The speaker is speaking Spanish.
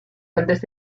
antes